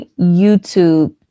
YouTube